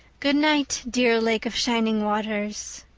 good night, dear lake of shining waters.